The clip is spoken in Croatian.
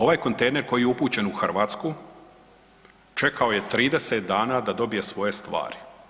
Ovaj kontejner koji je upućen u Hrvatsku čekao je 30 dana da dobije svoje stvari.